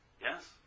Yes